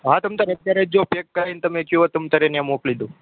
હા તમ તાર અત્યારે જો ચેક કરીને તમે કયો તમ તારે ત્યાં મોકલી દઉ